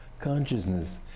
consciousness